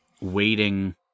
waiting